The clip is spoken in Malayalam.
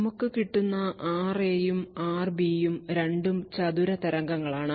നമുക്ക് കിട്ടുന്നRA യും RB യും രണ്ടും ചതുര തരംഗങ്ങളാണ്